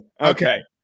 Okay